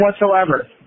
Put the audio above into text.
whatsoever